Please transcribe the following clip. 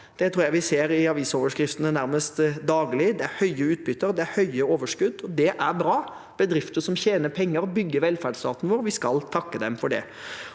Det tror jeg vi ser i avisoverskriftene nærmest daglig. Det er høye utbytter og høye overskudd, og det er bra. Bedrifter som tjener penger, bygger velferdsstaten vår. Vi skal takke dem for det.